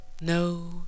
no